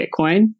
Bitcoin